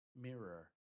Mirror